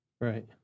Right